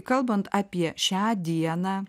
kalbant apie šią dieną